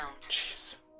Jeez